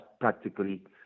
practically